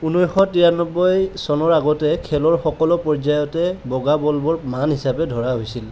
উনৈছশ তিৰান্নব্বৈ চনৰ আগতে খেলৰ সকলো পৰ্যায়তে বগা বলবোৰ মান হিচাপে ধৰা হৈছিল